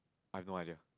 I have no idea